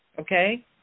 Okay